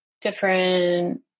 different